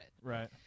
Right